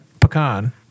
Pecan